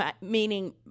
meaning